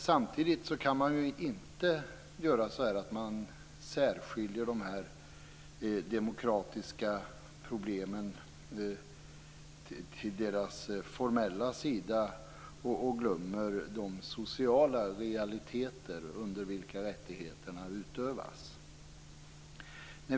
Samtidigt kan man inte särskilja de demokratiska problemens formella sida och glömma de sociala realiteter under vilka rättigheterna utövas.